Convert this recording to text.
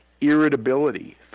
irritability